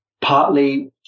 Partly